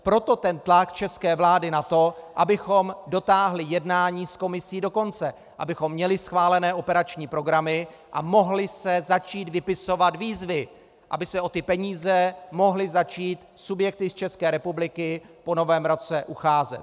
Proto ten tlak české vlády na to, abychom dotáhli jednání s Komisí do konce, abychom měli schválené operační programy a mohly se začít vypisovat výzvy, aby se o ty peníze mohly začít subjekty z České republiky po Novém roce ucházet.